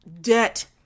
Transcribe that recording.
debt